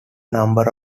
number